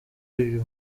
uyu